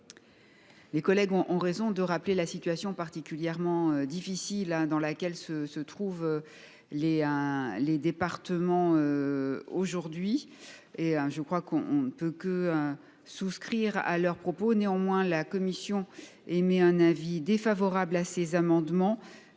Mes collègues ont raison de rappeler la situation particulièrement difficile dans laquelle se trouvent les départements aujourd’hui. Je crois que l’on ne peut que souscrire à leurs propos. Néanmoins, la commission émet un avis défavorable sur ces amendements,